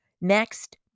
Next